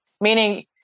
meaning